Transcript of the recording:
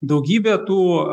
daugybė tų